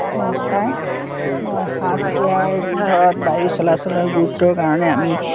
নমস্কাৰ মই হাঁহ কুকুৰাৰ ঘৰত বায়ু চলাচলৰ গুৰুত্বৰ কাৰণে আমি